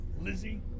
Lizzie